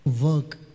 work